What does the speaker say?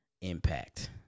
impact